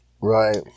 Right